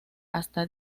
hasta